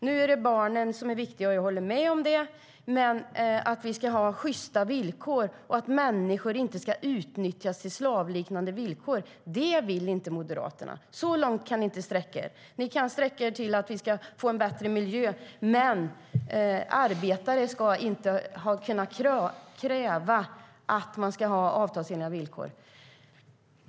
Nu är barnen viktiga, vilket jag håller med om, men att vi ska ha sjysta villkor och att människor inte ska utnyttjas under slavliknande villkor - det vill inte Moderaterna. Så långt kan ni inte sträcka er. Ni kan sträcka er till att vi ska få en bättre miljö, men arbetare ska inte kunna kräva avtalsenliga villkor.